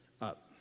up